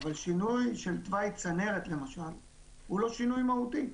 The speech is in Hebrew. אבל למשל שינוי של תוואי צנרת זה לא שינוי מהותי.